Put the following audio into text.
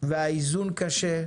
והאיזון קשה.